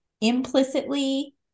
implicitly